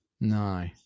No